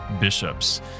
bishops